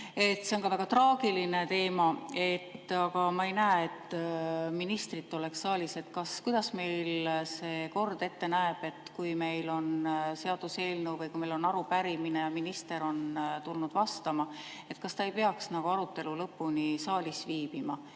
see on väga traagiline teema, aga ma ei näe, et minister oleks saalis. Kuidas meil see kord ette näeb, kui meil on seaduseelnõu või arupärimine ja minister on tulnud vastama, kas ta ei peaks arutelu lõpuni saalis viibima?